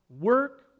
work